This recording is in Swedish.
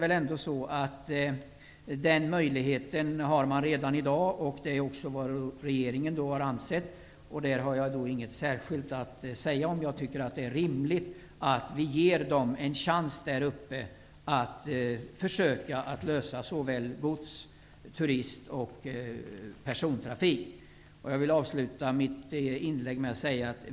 Det är också vad regeringen har ansett. Jag har inget särskilt att säga om det. Det är rimligt att vi ger dem där uppe en chans att försöka upprätthålla såväl gods och turisttrafik som övrig persontrafik.